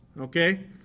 okay